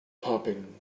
popping